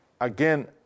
again